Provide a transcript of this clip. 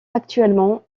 actuellement